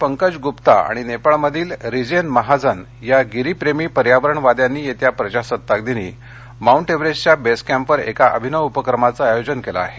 पंकज गुप्ता आणि नेपाळमधील रिजेन महाजन या गिरीप्रेमी पर्यावरणवाद्यांनी येत्या प्रजासत्ताक दिनी माउंट एव्हरेस्टच्या बेस कॅम्पवर एका अभिनव उपक्रमाचं आयोजन केलं आहे